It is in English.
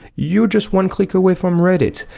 you're just one click away from reddit.